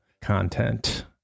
content